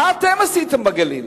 מה אתם עשיתם בגליל?